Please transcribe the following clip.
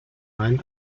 main